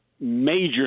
major